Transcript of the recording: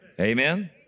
Amen